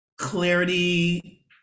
clarity